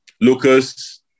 Lucas